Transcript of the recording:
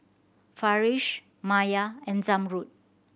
Farish Maya and Zamrud